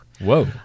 Whoa